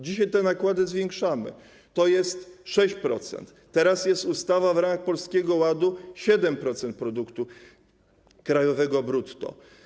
Dzisiaj te nakłady zwiększamy, to jest 6%, teraz jest ustawa w ramach Polskiego Ładu - 7% produktu krajowego brutto.